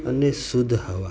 અને શુદ્ધ હવા